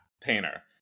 painter